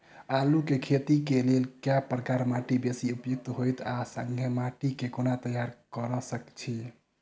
आलु केँ खेती केँ लेल केँ प्रकार केँ माटि बेसी उपयुक्त होइत आ संगे माटि केँ कोना तैयार करऽ छी?